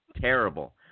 terrible